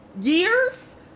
years